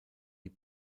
die